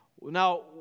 Now